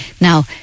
Now